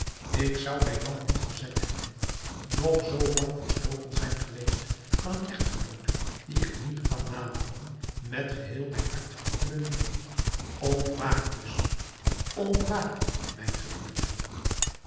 ik zou mij dan niet verzet hebben noch zoo lang verstoken zijn geweest van een echtgenoot dien ik niet kan nalaten met geheel mijn hart te beminnen ontwaak dus ontwaak mijn geliefde